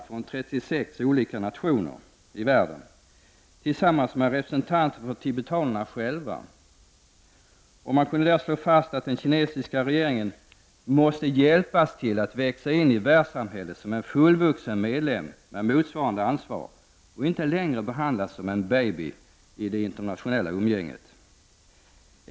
från 36 olika nationer tillsammans med representanter för tibetanerna själva. Man kunde där slå fast att den kinesiska regeringen måste hjälpas till att växa in i världssamhället som en fullvuxen medlem med motsvarande ansvar och inte längre behandlas som en baby i det internationella umgänget.